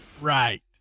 Right